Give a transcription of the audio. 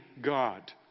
God